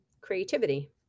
creativity